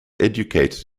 educated